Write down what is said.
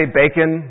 bacon